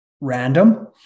Random